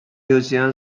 museum